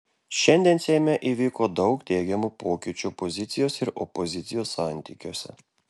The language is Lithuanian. šiandien seime įvyko daug teigiamų pokyčių pozicijos ir opozicijos santykiuose